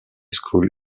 school